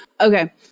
Okay